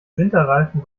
winterreifen